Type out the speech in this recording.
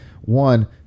one